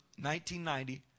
1990